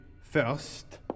First